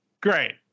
Great